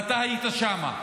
ואתה היית שם,